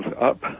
up